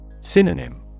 Synonym